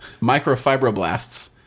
microfibroblasts